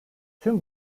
tüm